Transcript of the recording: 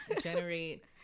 generate